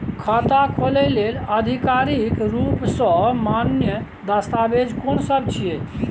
खाता खोले लेल आधिकारिक रूप स मान्य दस्तावेज कोन सब छिए?